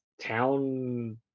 town